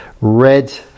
red